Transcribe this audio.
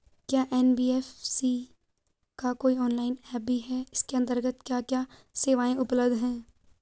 क्या एन.बी.एफ.सी का कोई ऑनलाइन ऐप भी है इसके अन्तर्गत क्या क्या सेवाएँ उपलब्ध हैं?